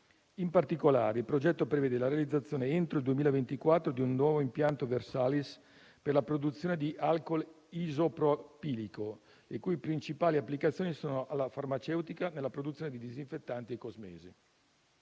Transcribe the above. In particolare, il progetto prevede la realizzazione entro il 2024 di un nuovo impianto Versalis per la produzione di alcool isopropilico, le cui principali applicazioni sono nella farmaceutica e nella produzione di disinfettanti e cosmesi.